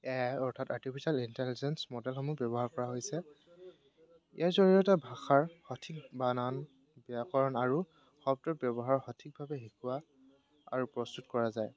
এ I অৰ্থাৎ artificial intelligence মডেলসমূহ ব্যৱহাৰ কৰা হৈছে ইয়াৰ জৰিয়তে ভাষাৰ সঠিক বানান ব্যাকৰণ আৰু শব্দৰ ব্যৱহাৰ সঠিকভাৱে শিকোৱা আৰু প্ৰস্তুত কৰা যায়